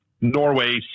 Norway